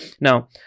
Now